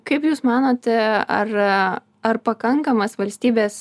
kaip jūs manote ar ar pakankamas valstybės